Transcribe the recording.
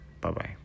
Bye-bye